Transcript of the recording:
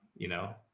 you know,